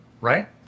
right